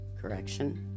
correction